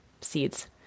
seeds